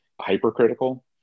hypercritical